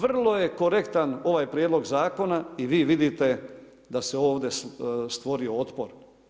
Vrlo je korektan ovaj prijedlog zakona i vi vidite da se ovdje stvorio otpor.